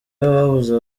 y’ababuze